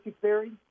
theory